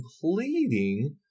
completing